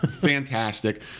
fantastic